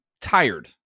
tired